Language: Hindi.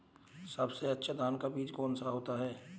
सबसे अच्छा धान का बीज कौन सा होता है?